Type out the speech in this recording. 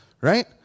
right